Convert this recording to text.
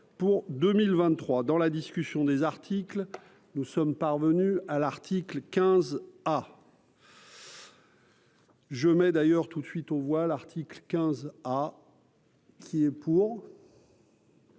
pour 2023 dans la discussion des articles, nous sommes parvenus à l'article 15 ah. Je mets d'ailleurs tout de suite aux voix, l'article 15 ah. Qui est pour.